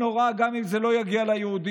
זה נורא גם אם זה לא יגיע ליהודים,